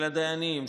של הדיינים,